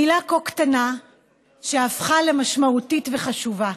מילה כה קטנה שהפכה למשמעותית וחשובה.